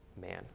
man